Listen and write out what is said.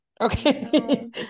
Okay